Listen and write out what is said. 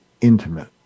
intimate